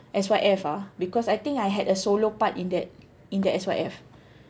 S_Y_F ah because I think I had a solo part in that in that S_Y_F